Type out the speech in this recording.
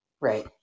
Right